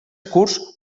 curs